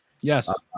Yes